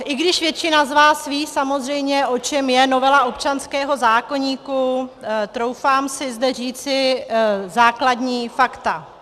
I když většina z vás ví samozřejmě, o čem je novela občanského zákoníku, troufám si zde říci základní fakta.